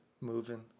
moving